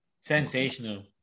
sensational